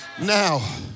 Now